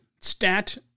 stat